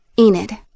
Enid